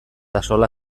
axola